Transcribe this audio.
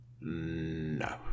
no